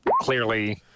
clearly